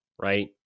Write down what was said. right